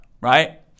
right